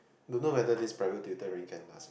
don't whether this private tutor really can last